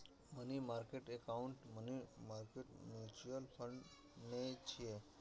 money market account money market mutual fund नै छियै